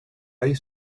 eyes